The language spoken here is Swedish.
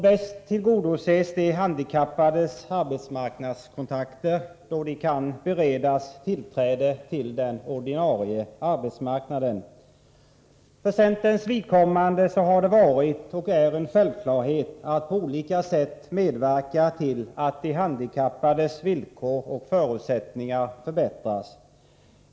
Bäst tillgodoses de handikappades arbetsmarknadskontakter då de kan beredas tillträde till den ordinarie arbetsmarknaden. För centerns vidkommande har det varit och är en självklarhet att på olika sätt medverka till att de handikappades villkor och förutsättningar förbättras.